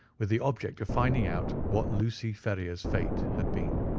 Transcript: with the object of finding out what lucy ferrier's fate had been.